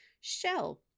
shell